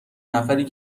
نفری